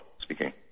speaking